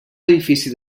edifici